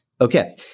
Okay